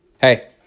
Hey